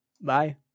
Bye